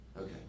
Okay